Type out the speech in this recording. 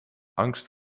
angst